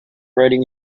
writing